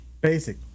basic